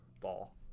ball